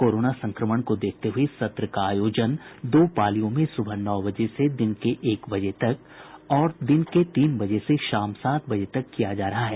corona संक्रमण को देखते हुए सत्र का आयोजन दो पालियों में सुबह नौ बजे से दिन के एक बजे तक और दिन के तीन बजे से शाम सात बजे तक किया जा रहा है